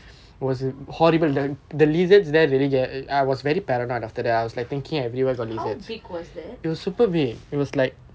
how big was that